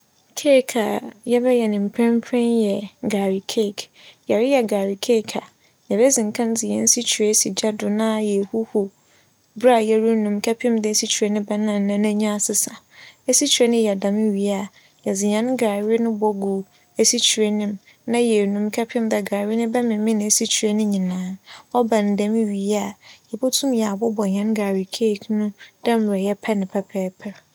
keeke a yɛbɛyɛ no mprenpren yi yɛ gare keeke. Yɛreyɛ gare keeke a yebedzi nkan dze esikyire esi gya do na yehuhuw ber a yerunu mu kepem dɛ esikyire no bɛnan na n'enyi asesa. Esikyire no yɛ dɛm wie a yɛdze hɛn gare no bogu esikyire no mu na yenu mu kɛpem dɛ gare no bɛmemen esikyire no nyinaa. ͻba no dɛm wie a yebotum na yɛabobͻ hɛn gare keeke no dɛ mbrɛ yɛpɛ no pɛpɛɛpɛr.